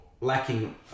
Lacking